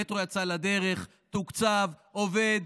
המטרו יצא לדרך, תוקצב, עובד.